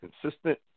consistent